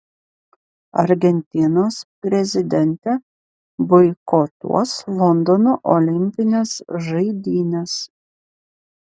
argentinos prezidentė boikotuos londono olimpines žaidynes